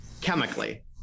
chemically